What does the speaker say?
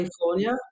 California